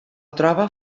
troba